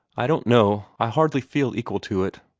i don't know i hardly feel equal to it.